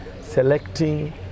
selecting